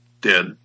dead